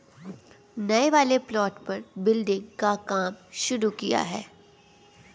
नए वाले प्लॉट पर बिल्डिंग का काम शुरू किया है